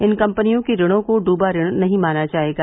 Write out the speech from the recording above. इन कंपनियों के ऋणों को डूबा ऋण नहीं माना जाएगा